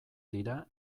dira